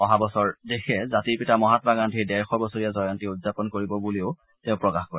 অহা বছৰ দেশে জাতিৰ পিতা মহাম্মা গান্ধীৰ ডেৰশ বছৰীয়া জয়ন্তী উদযাপন কৰিব বুলিও তেওঁ প্ৰকাশ কৰে